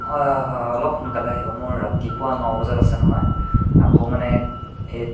হয় হয় হয় অলপ সোনকালে আহিব মোৰ ৰাতিপুৱা ন বজাত আছে নহয় আকৌ মানে এই